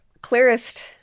clearest